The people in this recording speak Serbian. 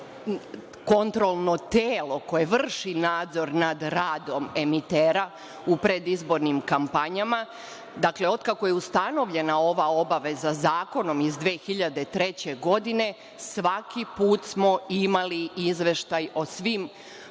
kontrolno telo koje vrši nadzor nad radom emitera u predizbornim kampanjama, dakle, otkako je ustanovljena ova obaveza Zakonom iz 2003. godine, svaki put smo imali izveštaj o svim